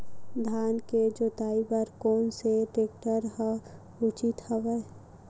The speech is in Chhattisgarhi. धान के जोताई बर कोन से टेक्टर ह उचित हवय?